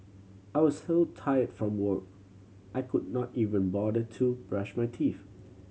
I was so tired from work I could not even bother to brush my teeth